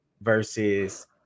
versus